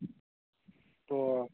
ꯑꯣ